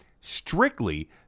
strictly